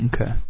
Okay